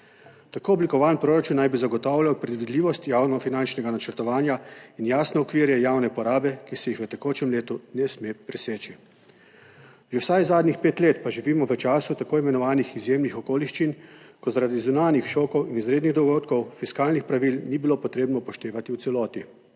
Tako oblikovan proračun naj bi zagotavljal predvidljivost javnofinančnega načrtovanja in jasne okvire javne porabe, ki se jih v tekočem letu ne sme preseči. Že vsaj zadnjih pet let pa živimo v času tako imenovanih izjemnih okoliščin, ko zaradi zunanjih šokov in izrednih dogodkov fiskalnih pravil ni bilo potrebno **40.